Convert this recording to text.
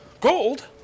Gold